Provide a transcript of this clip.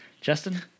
Justin